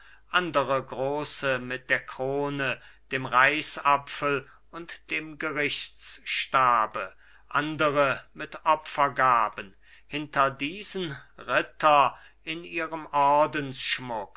andere große mit der krone dem reichsapfel und dem gerichtsstabe andere mit opfergaben hinter diesen ritter in ihrem